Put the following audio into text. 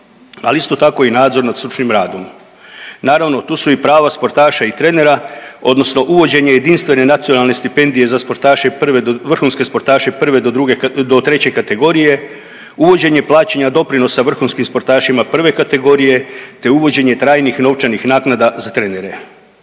isto tako i nadzor nad stručnim radom. Naravno tu su i prava sportaša i trenera odnosno uvođenje jedinstvene nacionalne stipendije za sportaše prve do, vrhunske sportaše prve do druge, do treće kategorije. Uvođenje plaćanja doprinosa vrhunskim sportašima prve kategorije te uvođenje trajnih novčanih naknada za trenere.